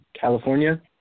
California